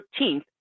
13th